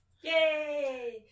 Yay